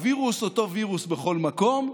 הווירוס הוא אותו וירוס בכל מקום,